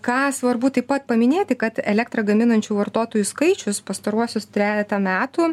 ką svarbu taip pat paminėti kad elektrą gaminančių vartotojų skaičius pastaruosius trejetą metų